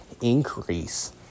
increase